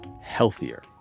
healthier